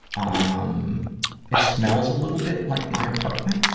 um it smells a little bit like my apartment.